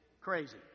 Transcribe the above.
crazy